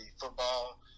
football